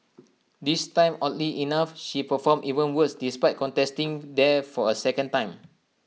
this time oddly enough she performed even worse despite contesting there for A second time